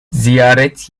ziyaret